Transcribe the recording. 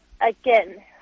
Again